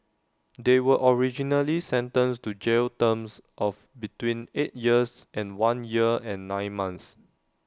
they were originally sentenced to jail terms of between eight years and one year and nine months